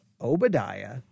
Obadiah